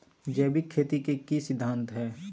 जैविक खेती के की सिद्धांत हैय?